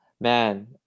Man